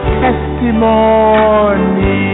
testimony